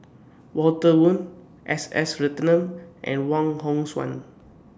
Walter Woon S S Ratnam and Wong Hong Suen